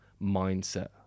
mindset